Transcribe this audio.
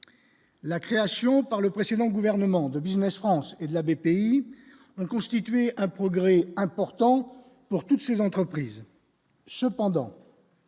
La création par le précédent gouvernement de Business France et de la BPI constituer un progrès important pour toutes ces entreprises